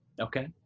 Okay